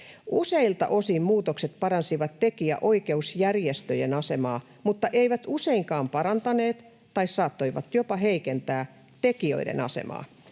Useilta osin muutokset paransivat tekijänoikeusjärjestöjen asemaa mutta eivät useinkaan parantaneet tai saattoivat jopa heikentää tekijöiden asemaa.”